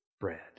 bread